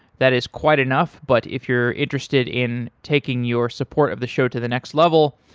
that is quite enough, but if you're interested in taking your support of the show to the next level,